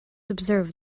observe